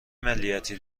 ملیتی